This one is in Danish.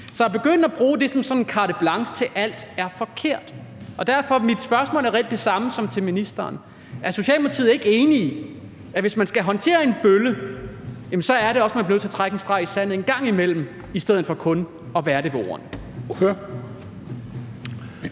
Så at begynde at bruge det som sådan et carte blanche til alt er forkert. Derfor er mit spørgsmål reelt det samme som til ministeren: Er Socialdemokratiet ikke enig i, at hvis man skal håndtere en bølle, er det også sådan, at man bliver nødt til at trække en streg i sandet en gang imellem i stedet for kun at lade det blive ved ordene? Kl.